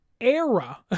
era